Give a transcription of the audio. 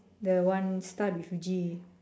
the one start with G